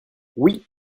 oui